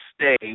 stay